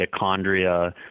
mitochondria